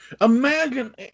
Imagine